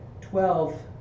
twelve